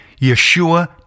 Yeshua